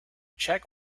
check